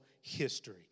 history